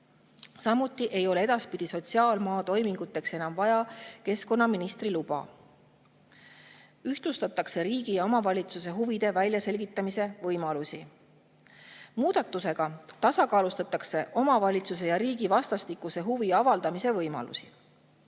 Samuti ei ole edaspidi sotsiaalmaatoiminguteks enam vaja keskkonnaministri luba. Ühtlustatakse riigi ja omavalitsuse huvide väljaselgitamise võimalusi. Muudatusega tasakaalustatakse omavalitsuse ja riigi vastastikuse huvi avaldamise võimalusi.